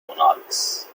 monarchs